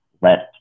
let